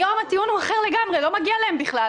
היום הטיעון אחר לגמרי: לא מגיע להם בכלל,